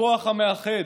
הכוח המאחד.